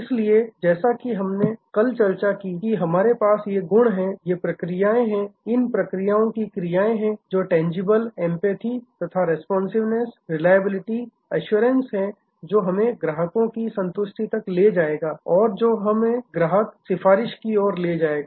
इसलिए जैसा कि हमने कल चर्चा की कि हमारे पास ये गुण हैं ये प्रक्रियाएं हैं इन प्रक्रियाओं की क्रियाएं हैं जो टेजिबल एंपैथी तथा रिस्पांसिंवनेस रिलायबिलिटी एश्योरेंस हैं जो हमें ग्राहकों की संतुष्टि तक ले जाएगा और जो हमें ग्राहक सिफारिश की ओर ले जाएगा